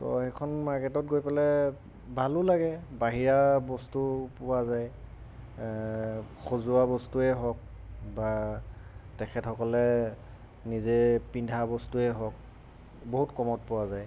তো সেইখন মাৰ্কেটত গৈ পেলাই ভালো লাগে বাহিৰা বস্তুও পোৱা যায় সজোৱা বস্তুৱেই হওক বা তেখেতসকলে নিজে পিন্ধা বস্তুৱেই হওক বহুত কমত পোৱা যায়